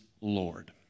Lord